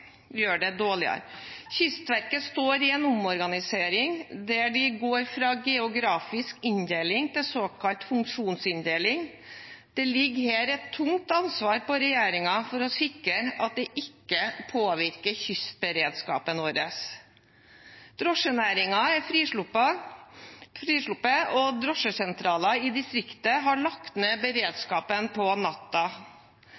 gjør det dårligere. Kystverket står i en omorganisering der de går fra geografisk inndeling til såkalt funksjonsinndeling. Det ligger her et tungt ansvar på regjeringen for å sikre at det ikke påvirker kystberedskapen vår. I drosjenæringen har det vært et frislipp, og drosjesentraler i distriktet har lagt ned